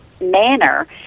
manner